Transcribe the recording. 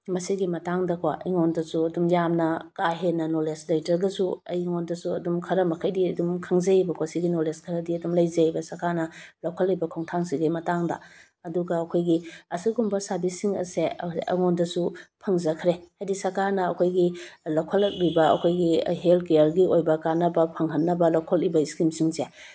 ꯃꯁꯤꯒꯤ ꯃꯇꯥꯡꯗꯀꯣ ꯑꯩꯉꯣꯟꯗꯁꯨ ꯑꯗꯨꯝ ꯌꯥꯝꯅ ꯀꯥꯍꯦꯟꯅ ꯅꯣꯂꯦꯖ ꯂꯩꯇ꯭ꯔꯒꯁꯨ ꯑꯩꯉꯣꯟꯗꯁꯨ ꯑꯗꯨꯝ ꯈꯔ ꯃꯈꯩꯗꯤ ꯑꯗꯨꯝ ꯈꯪꯖꯩꯌꯦꯕꯀꯣ ꯁꯤꯒꯤ ꯅꯣꯂꯦꯖ ꯈꯔꯗꯤ ꯑꯗꯨꯝ ꯂꯩꯖꯩꯌꯦꯕ ꯁꯥꯔꯀꯅ ꯂꯧꯈꯠꯂꯤꯕ ꯈꯣꯡꯊꯥꯡꯁꯤꯒꯤ ꯃꯇꯥꯡꯗ ꯑꯗꯨꯒ ꯑꯩꯈꯣꯏꯒꯤ ꯑꯁꯨꯛ ꯀꯨꯝꯕ ꯁꯔꯚꯤꯁꯁꯤꯡ ꯑꯁꯦ ꯑꯩꯉꯣꯟꯗꯁꯨ ꯐꯪꯖꯈ꯭ꯔꯦ ꯍꯥꯏꯗꯤ ꯁꯥꯔꯀꯅ ꯑꯩꯈꯣꯏꯒꯤ ꯂꯧꯈꯠꯂꯛꯂꯤꯕ ꯑꯩꯈꯣꯏꯒꯤ ꯍꯦꯜꯠ ꯀꯤꯌꯔꯒꯤ ꯑꯣꯏꯕ ꯀꯥꯟꯅꯕ ꯐꯪꯍꯟꯅꯕ ꯂꯧꯈꯠꯂꯛꯂꯤꯕ ꯏꯁꯀꯤꯝꯁꯤꯡꯁꯦ